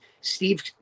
steve